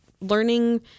learning